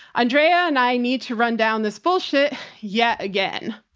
andrea and i need to run down this bullshit yet again.